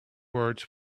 words